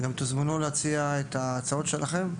ותוזמנו להציע את ההצעות שלכם.